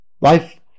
Life